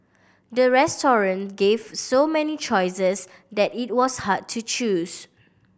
the restaurant gave so many choices that it was hard to choose